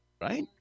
right